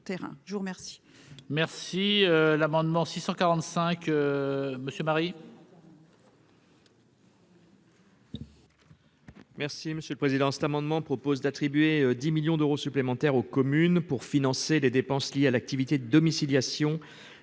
je vous remercie.